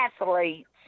athletes